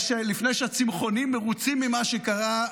לפני שהצמחונים מרוצים ממה שקרה,